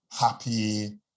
happy